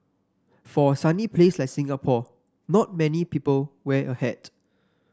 for a sunny place like Singapore not many people wear a hat